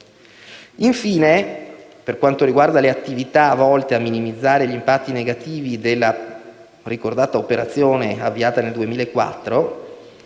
Infine, per quanto riguarda le attività volte a minimizzare gli impatti negativi della ricordata operazione avviata nel 2004,